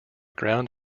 ground